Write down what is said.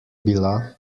bila